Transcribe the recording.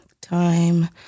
time